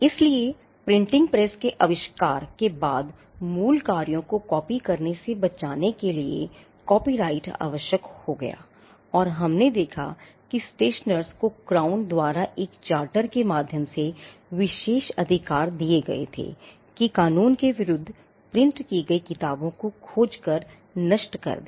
इसलिए printing press के आविष्कार के बाद मूल कार्यों को कॉपी करने से बचाने के लिए कॉपीराइट आवश्यक हो गया और हमने देखा कि स्टेशनर्स द्वारा एक चार्टर के माध्यम से विशेष अधिकार दिए गए थे कि कानून के विरूद्ध प्रिंट की गई किताबों को खोज कर नष्ट कर दें